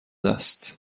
است